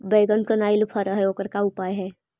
बैगन कनाइल फर है ओकर का उपाय है?